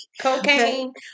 Cocaine